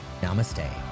namaste